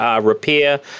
repair